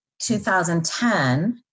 2010